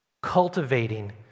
Cultivating